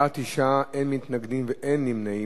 בעד, 9, אין מתנגדים, אין נמנעים.